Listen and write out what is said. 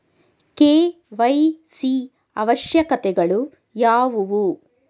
KYC ಅವಶ್ಯಕತೆಗಳು ಯಾವುವು?